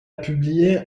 publié